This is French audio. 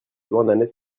douarnenez